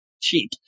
cheap